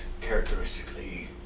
characteristically